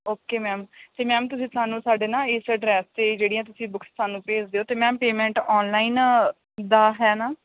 okay ma'am ਅਤੇ ma'am ਤੁਸੀਂ ਸਾਨੂੰ ਸਾਡੇ ਨਾ ਇਸ ਐਡਰੈੱਸ 'ਤੇ ਜਿਹੜੀਆਂ ਤੁਸੀਂ ਬੁੱਕਸ ਸਾਨੂੰ ਭੇਜ ਦਿਓ ਅਤੇ ਮੈਮ ਪੇਮੈਂਟ ਔਨਲਾਈਨ ਦਾ ਹੈ ਨਾ